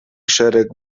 szereg